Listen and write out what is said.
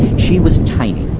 she was tiny,